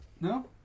No